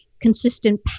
consistent